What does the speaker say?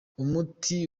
umuti